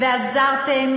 "ועזרתם